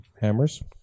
Hammers